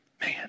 Man